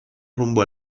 rumbo